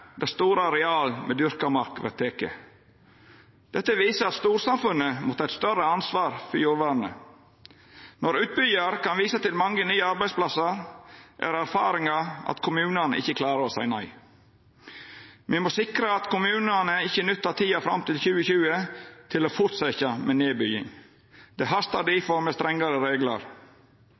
der store areal med dyrka mark vert tekne. Dette viser at storsamfunnet må ta eit større ansvar for jordvernet. Når utbyggjarar kan visa til mange nye arbeidsplassar, er erfaringa at kommunane ikkje klarar å seia nei. Me må sikra at kommunane ikkje nyttar tida fram til 2020 til å forsetja med nedbygging. Det hastar difor med strengare reglar.